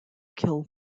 kill